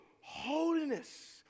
holiness